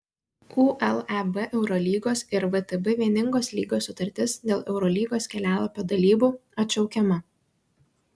uleb eurolygos ir vtb vieningos lygos sutartis dėl eurolygos kelialapio dalybų atšaukiama